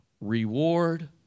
reward